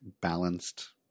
balanced